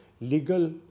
legal